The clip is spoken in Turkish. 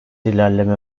ilerleme